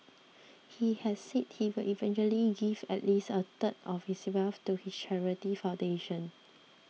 he has said he will eventually give at least a third of his wealth to his charity foundation